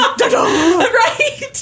right